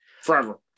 Forever